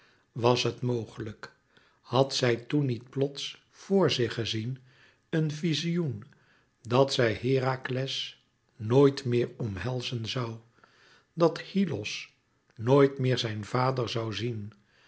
was het mogelijk had zij toen niet plots voor zich gezien een vizioen dat zij herakles nooit meer omhelzen zoû dat hyllos nooit meer zijn vader zoû zien